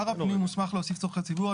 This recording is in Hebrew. שר הפנים מוסמך להוסיף צרכי ציבור.